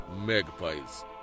magpies